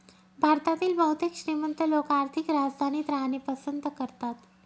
भारतातील बहुतेक श्रीमंत लोक आर्थिक राजधानीत राहणे पसंत करतात